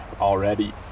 already